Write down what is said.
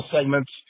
segments